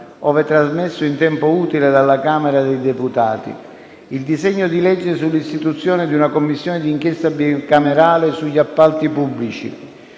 ove trasmesso in tempo utile dalla Camera dei deputati; il disegno di legge sull'istituzione di una Commissione d'inchiesta bicamerale sugli appalti pubblici;